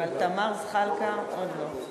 תמר זחאלקה, עוד לא.